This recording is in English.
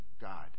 God